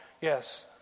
Yes